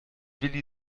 willi